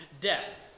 death